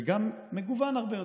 וגם מגוון הרבה יותר,